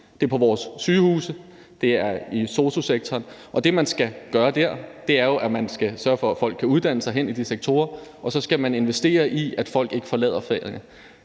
Det er på vores sygehuse, og det er i sosu-sektoren, og det, man skal gøre der, er jo, at man skal sørge for, at folk kan uddanne sig hen imod de sektorer, og man skal investere i, at folk ikke forlader fagene.